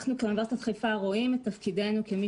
כאוניברסיטת חיפה אנחנו רואים את תפקידנו כמי